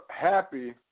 happy